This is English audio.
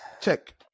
check